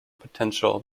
potential